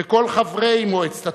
וכל חברי מועצת התלמידים,